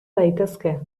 daitezke